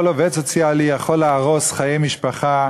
כל עובד סוציאלי יכול להרוס חיי משפחה,